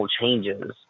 changes